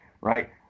right